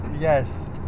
Yes